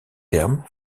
termes